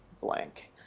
Blank